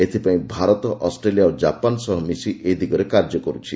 ଏଥିପାଇଁ ଭାରତ ଅଷ୍ଟ୍ରେଲିଆ ଓ ଜାପାନ୍ ସହ ମିଶି ଏ ଦିଗରେ କାର୍ଯ୍ୟ କରୁଛନ୍ତି